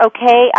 Okay